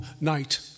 night